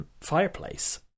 fireplace